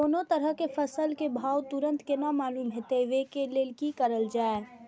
कोनो तरह के फसल के भाव तुरंत केना मालूम होते, वे के लेल की करल जाय?